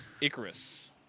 Icarus